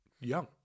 young